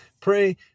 pray